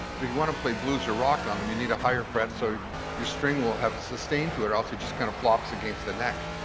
but if you want to play blues or rock on them, you need a higher fret so your string will have a sustain to it or else it just kind of flops against the neck.